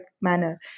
manner